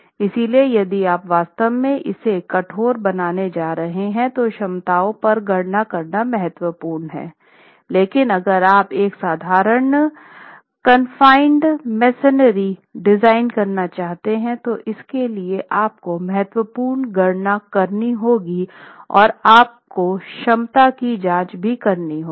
इसलिए यदि आप वास्तव में इसे कठोर बनाने जा रहे हैं तो क्षमताओं पर गणना करना महत्वपूर्ण है लेकिन अगर आप एक साधारण कानफाइन्ड मेसनरी डिजाइन करना चाहते थे तो इसके लिए आपको महत्वपूर्ण गढ़ना करनी होगी और आपको क्षमता की जांच भी करनी होगी